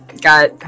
got